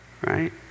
right